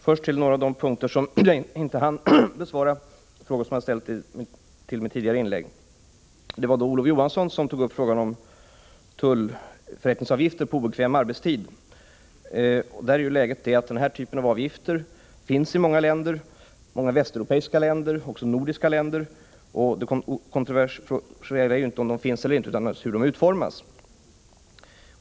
Herr talman! Först till några av de punkter där jag i mitt tidigare inlägg inte hann besvara de frågor som ställts till mig. Olof Johansson tog upp frågan om tullförrättningsavgifter när det gäller obekväm arbetstid. Läget är ju det, att den här typen av avgifter finns i många västeuropeiska länder och även i nordiska länder. Det kontroversiella är alltså inte om avgifterna finns eller inte utan naturligtvis hur de utformas.